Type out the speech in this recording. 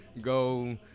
go